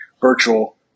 virtual